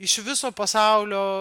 iš viso pasaulio